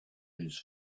his